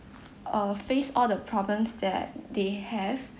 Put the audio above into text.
uh face all the problems that they have